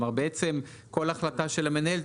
בעצם כל החלטה של המנהל,